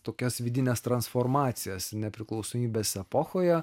tokias vidines transformacijas nepriklausomybės epochoje